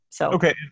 Okay